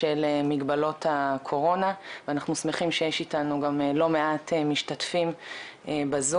בשל מגבלות הקורונה ואנחנו שמחים שיש איתנו גם לא מעט משתתפים בזום.